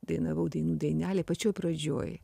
dainavau dainų dainelėj pačioj pradžioj